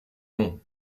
non